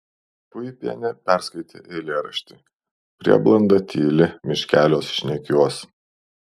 puipienė perskaitė eilėraštį prieblanda tyli miškeliuos šnekiuos